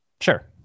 Sure